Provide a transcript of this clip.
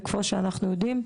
וכמו שאנחנו יודעים,